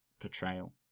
portrayal